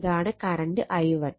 ഇതാണ് current I1